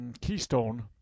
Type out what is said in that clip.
keystone